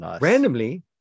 randomly